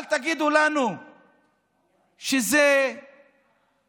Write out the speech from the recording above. אל תגידו לנו שזה גנטי,